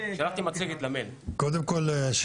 לא יכול להיות